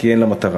כי אין לה מטרה.